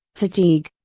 fatigue.